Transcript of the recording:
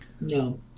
No